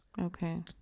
okay